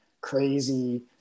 crazy